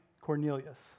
Cornelius